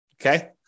Okay